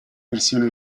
versione